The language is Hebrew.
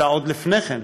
אלא על לפני כן.